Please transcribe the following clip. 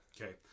Okay